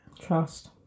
Trust